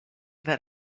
that